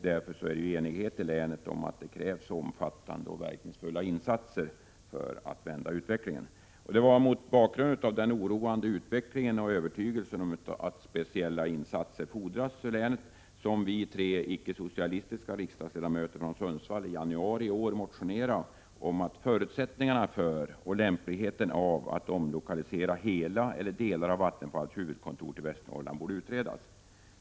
Därför råder det i länet enighet om att det krävs omfattande och verkningsfulla insatser för att vända utvecklingen. Det var mot bakgrund av den oroande utvecklingen och övertygelsen om att speciella insatser fordras för länet som vi tre icke-socialistiska riksdagsledamöter från Sundsvall i januari i år motionerade om att en utredning borde 59 göras beträffande förutsättningarna för och lämpligheten av att omlokalisera hela eller delar av Vattenfalls huvudkontor till Västernorrland.